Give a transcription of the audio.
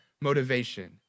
motivation